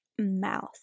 mouth